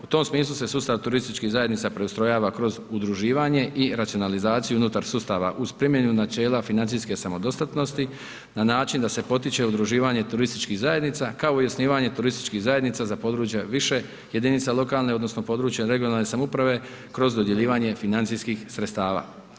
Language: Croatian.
U tom smislu se sustav turističkih zajednica preustrojava kroz udruživanje i racionalizaciju unutar sustava uz primjenu načela financijske samodostatnosti na način da se potiče udruživanje turističkih zajednica, kao i osnivanje turističkih zajednica za područje više jedinica lokalne odnosno područne (regionalne) samouprave kroz dodjeljivanje financijskih sredstava.